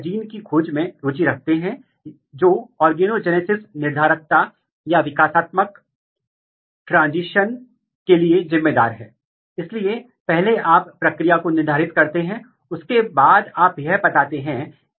यहां आपको इस पौधे से जीन बी एलील नॉर्मल मिलेगा लेकिन यहां आप बी बाधित करने जा रहे हैं लेकिन इस हेटेरोजाइट्स में क्या होगा कि जीन की दोनों जंगली प्रकार की प्रतियां उत्परिवर्ती फेनोटाइप को पूरक करेगी जिसका मतलब है कि एफ 1 में कोई फेनोटाइप नहीं मिलेगा